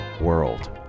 world